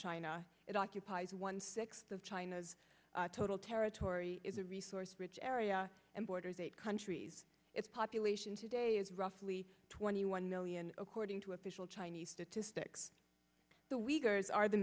china it occupies one sixth of china's total territory is a resource rich area and borders eight countries its population today is roughly twenty one million according to official chinese statistics